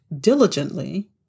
diligently